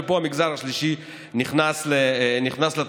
ופה המגזר השלישי נכנס לתמונה,